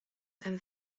and